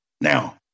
Now